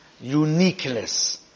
uniqueness